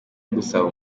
gusaba